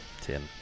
Tim